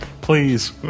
Please